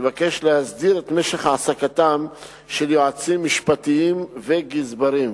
להסדיר את משך העסקתם של יועצים משפטיים וגזברים.